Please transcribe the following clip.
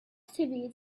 activity